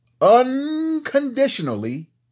unconditionally